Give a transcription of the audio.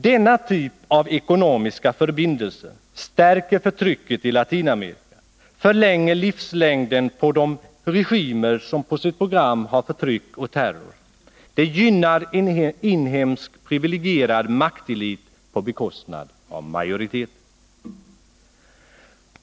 Denna typ av ekonomiska förbindelser stärker förtrycket i Latinamerika, förlänger livslängden på de regimer som på sitt program har förtryck och terror och gynnar en inhemsk privilegierad maktelit på bekostnad av majoriteten.